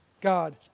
God